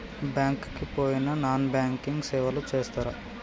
Bank కి పోయిన non banking సేవలు చేస్తరా?